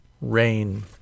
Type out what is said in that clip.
rain